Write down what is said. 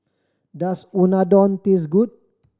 does Unadon taste good